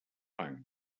fang